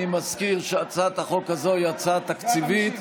אני מזכיר שהצעת החוק הזו היא הצעה תקציבית,